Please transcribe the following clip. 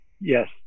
Yes